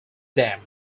dam